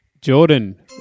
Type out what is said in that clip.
Jordan